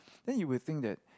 then you will think that